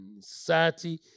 society